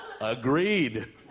Agreed